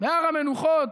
בהר המנוחות,